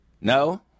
No